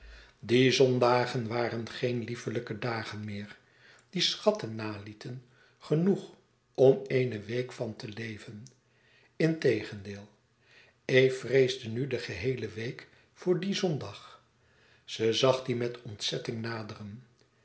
die zondagen waren geen liefelijke dagen meer die schatten nalieten genoeg om eene week van te leven integendeel eve vreesde nu de geheele week voor dien zondag ze zag dien met ontzetting naderen